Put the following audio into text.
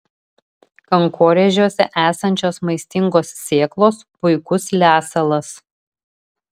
kankorėžiuose esančios maistingos sėklos puikus lesalas